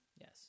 Yes